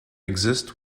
exist